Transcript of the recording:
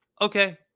okay